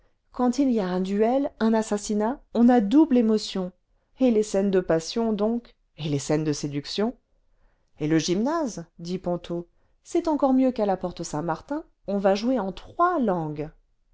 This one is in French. quand il y a un duel un assassinat on a double émotion et les scènes de passion donc et les scènes de séduction et le gymnase dit ponto c'est encore mieux qu'à la porte saintmartin on va jouer en trois langues